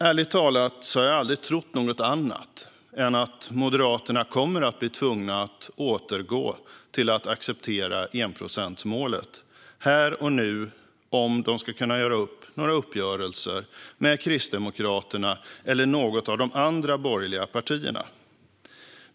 Ärligt talat har jag aldrig trott något annat än att Moderaterna kommer att bli tvungna att återgå till att acceptera enprocentsmålet här och nu om de ska kunna göra några uppgörelser med Kristdemokraterna eller med något av de andra borgerliga partierna.